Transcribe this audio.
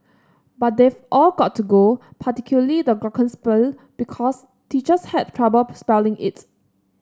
but they've all got to go particularly the glockenspiel because teachers had troubling spelling it